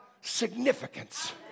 significance